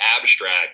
abstract